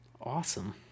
Awesome